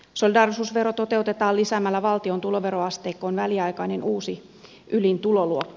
solidaarisuusvero toteutetaan lisäämällä valtion tuloveroasteikkoon väliaikainen uusi ylin tuloluokka